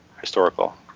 historical